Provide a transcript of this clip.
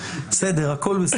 פעולה שהיא בחוסר סמכות,